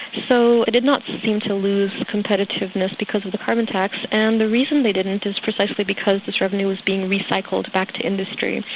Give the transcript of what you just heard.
so it did not seem to lose competitiveness because of the carbon tax, and the reason they didn't is precisely because this revenue was being recycled back to industry.